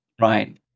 Right